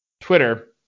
Twitter